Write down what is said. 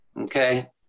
Okay